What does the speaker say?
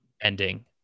ending